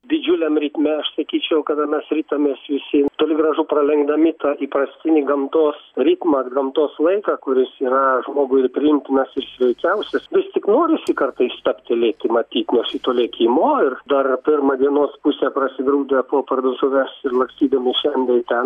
didžiuliam ritme aš sakyčiau kada mes ritamės visitoli gražu pralenkdami įprastinį gamtos ritmą gamtos laiką kuris yra žmogui ir priimtinas ir švenčiausias vistik norisi kartais stabtelėti matyt nuo šito lėkimo ir dar pirmą dienos pusę prasigrūdę po parduotuves ir lakstydami šen bei ten